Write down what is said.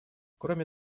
кроме